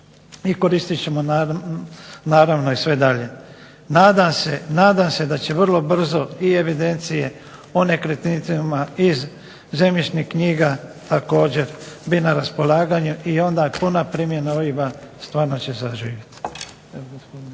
i koristit ćemo naravno i sve dalje. Nadam se da će vrlo brzo i evidencije o nekretninama iz zemljišnih knjiga također biti na raspolaganju i onda puna primjena OIB-a stvarno će zaživjeti.